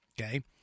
okay